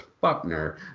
Buckner